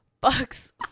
bucks